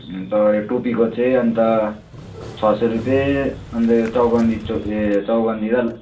अन्त यो टोपीको चाहिँ अन्त छ सौ रुपियाँ अन्त यो चौबन्दी चो ए चौबन्दी र